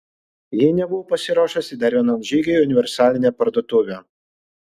ji nebuvo pasiruošusi dar vienam žygiui į universalinę parduotuvę